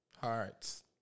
Hearts